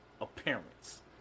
appearance